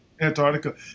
Antarctica